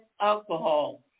alcohol